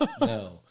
no